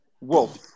wolf